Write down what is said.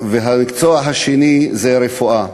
והמקצוע השני זה רפואה.